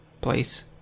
Place